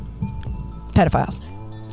Pedophiles